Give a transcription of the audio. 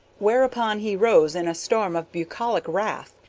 whereupon he rose in a storm of bucolic wrath,